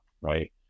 Right